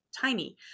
Tiny